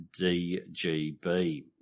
DGB